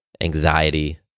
anxiety